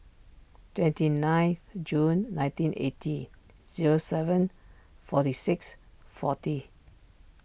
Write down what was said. twenty ninth June nineteen eighty zero seven forty six forty